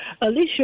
Alicia